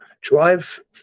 drive